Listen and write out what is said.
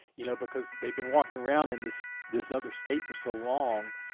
you know because they've been walking around in this this other state for so long,